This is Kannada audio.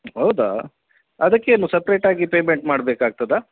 ಹೌದಾ ಅದಕ್ಕೇನು ಸಪ್ರೇಟಾಗಿ ಪೇಮೆಂಟ್ ಮಾಡಬೇಕಾಗ್ತದಾ